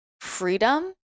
freedom